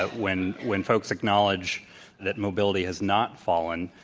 ah when when folks acknowledge that mobility has not fallen,